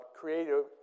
creative